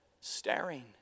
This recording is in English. staring